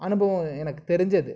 அனுபவம் எனக்கு தெரிஞ்சது